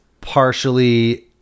partially